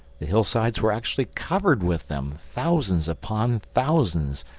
the hillsides were actually covered with them thousands upon thousands.